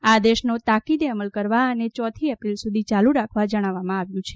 આ આદેસનો તાકીદે અમલ કરવા અને ચોથી ઐપ્રિલ સુધી ચાલુ રાખવા જણાવવામાં આવ્યું છે